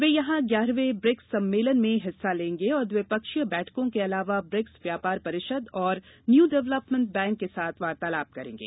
वे वहां ग्याहरहवें ब्रिक्स सम्मेलन में हिस्सा लेंगे और द्विपक्षीय बैठकों के अलावा ब्रिक्स व्यापार परिषद तथा न्यू डेवलेपमेंट बैंक के साथ वार्तालाप करेंगे